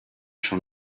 schon